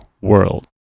world